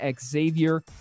xavier